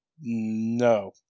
No